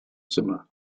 zimmer